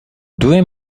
doing